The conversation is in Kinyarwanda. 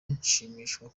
nshimishwa